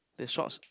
the shorts